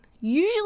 usually